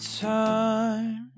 time